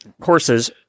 horses